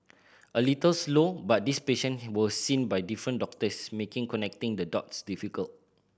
a little slow but these patient was seen by different doctors making connecting the dots difficult